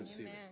Amen